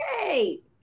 Yay